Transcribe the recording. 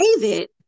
David